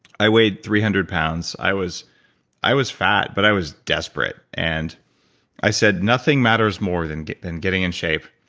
i weighed three hundred pounds. i was i was fat but i was desperate and i said nothing matters more than than getting in shape.